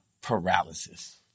paralysis